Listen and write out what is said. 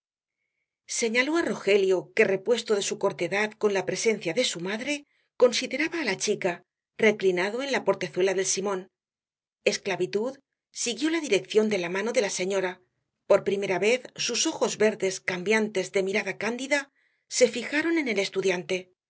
señaló á rogelio que repuesto de su cortedad con la presencia de su madre consideraba á la chica reclinado en la portezuela del simón esclavitud siguió la dirección de la mano de la señora por primera vez sus ojos verdes cambiantes de mirada cándida se fijaron en el